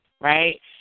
right